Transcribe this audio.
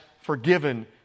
forgiven